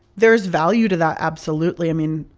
there's value to that, absolutely. i mean,